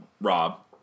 Rob